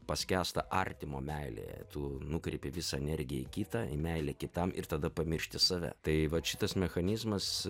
paskęsta artimo meilėje tu nukreipi visą energiją į kitą meilę kitam ir tada pamiršti save tai vat šitas mechanizmas